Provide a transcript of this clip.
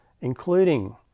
including